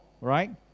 right